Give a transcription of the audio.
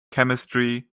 chemistry